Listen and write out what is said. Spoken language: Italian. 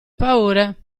paure